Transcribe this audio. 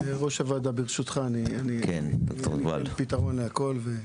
ראש הוועדה, ברשותך, אין לי פתרון להכל.